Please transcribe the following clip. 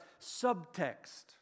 subtext